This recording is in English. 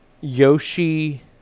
Yoshi